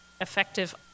Effective